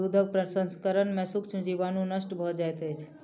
दूधक प्रसंस्करण में सूक्ष्म जीवाणु नष्ट भ जाइत अछि